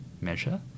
measure